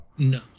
no